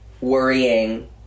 worrying